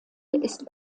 ist